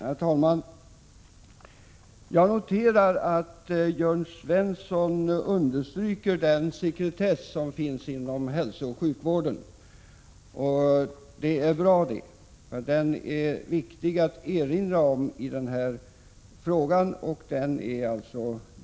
Herr talman! Jag noterar att Jörn Svensson understryker den sekretess som finns inom hälsooch sjukvården. Det är bra. Den är nämligen viktig att erinra om i sammanhanget.